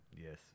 Yes